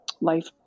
life